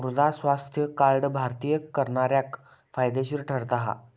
मृदा स्वास्थ्य कार्ड भारतीय करणाऱ्याक फायदेशीर ठरता हा